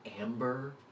amber